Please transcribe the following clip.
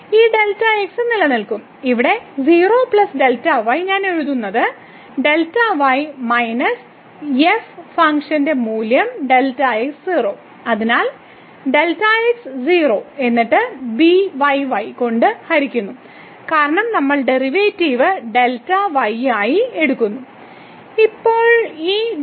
ഈ Δx നിലനിൽക്കും ഇവിടെ 0 Δy ഞാൻ എഴുതുന്നത് Δy മൈനസ് എഫ് ഫംഗ്ഷൻ മൂല്യം Δx 0 അതിനാൽ Δx 0 എന്നിട്ട് byy കൊണ്ട് ഹരിക്കുന്നു കാരണം നമ്മൾ ഡെറിവേറ്റീവ് Δy യുമായി എടുക്കുന്നു